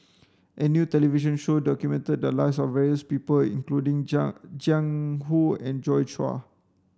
a new television show documented the lives of various people including Jiang Jiang Hu and Joi Chua